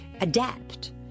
adapt